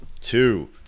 Two